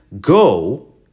go